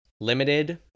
limited